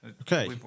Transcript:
okay